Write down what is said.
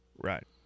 Right